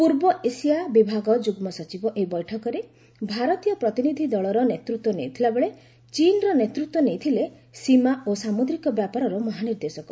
ପୂର୍ବ ଏସିଆ ବିଭାଗ ଯୁଗ୍ନ ସଚିବ ଏହି ବୈଠକରେ ଭାରତୀୟ ପ୍ରତିନିଧ୍ ଦଳର ନେତୃତ୍ୱ ନେଇଥିଲାବେଳେ ଚୀନ୍ର ନେତୃତ୍ୱ ନେଇଥିଲେ ସୀମା ଓ ସାମୁଦ୍ରିକ ବ୍ୟାପାରର ମହାନିର୍ଦ୍ଦେଶକ